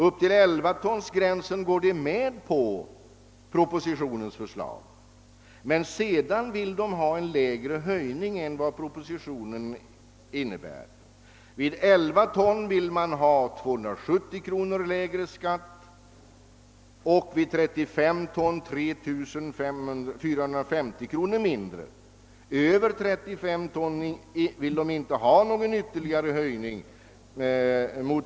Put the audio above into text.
Upp till elvatonsgränsen accepterar de propositionens förslag men vill sedan ha en mindre höjning än vad som föreslås i propositionen, vid 11 ton 270 kronor lägre och vid 35 ton 3 450 kronor lägre skatt. Över 35 ton vill reservanterna inte ha någon ytter ligare höjning.